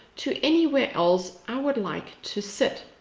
to anywhere else i would like to sit.